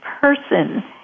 person